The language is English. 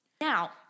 now